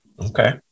okay